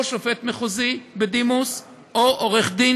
או שופט מחוזי בדימוס או עורך דין